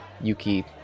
Yuki